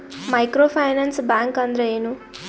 Micro finance bank ಅಂದ್ರ ಏನು?